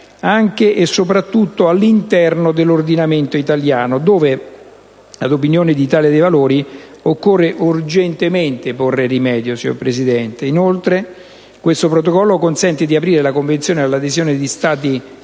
anche e soprattutto all'interno dell'ordinamento italiano dove, ad opinione di Italia dei Valori, occorre urgentemente porre rimedio. Inoltre, questo Protocollo consente di aprire la Convenzione all'adesione di Stati non